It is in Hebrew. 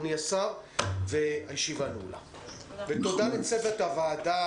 אדוני השר ותודה לצוות הוועדה,